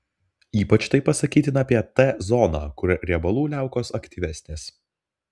ypač tai pasakytina apie t zoną kur riebalų liaukos aktyvesnės